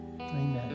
Amen